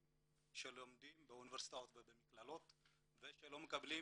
שלומדים באוניברסיטאות ובמכללות ושלא מקבלים